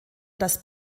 das